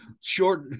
short